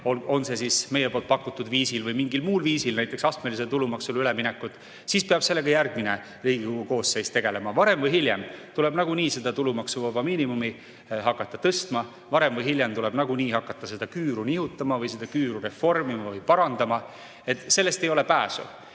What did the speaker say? on see siis meie pakutud viisil või mingil muul viisil, näiteks astmelisele tulumaksule üleminek, siis peab sellega järgmine Riigikogu koosseis tegelema. Varem või hiljem tuleb nagunii seda tulumaksuvaba miinimumi hakata tõstma. Varem või hiljem tuleb nagunii hakata seda küüru nihutama või seda küüru reformima või parandama – sellest ei ole pääsu.